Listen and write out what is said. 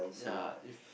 ya if